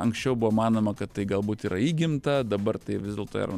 anksčiau buvo manoma kad tai galbūt yra įgimta dabar tai vis dėlto yra